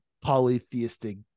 polytheistic